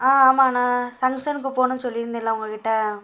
ஆம் ஆமாண்ணா ஃபங்க்ஷனுக்கு போகணும்னு சொல்லியிருந்தேன்ல உங்ககிட்ட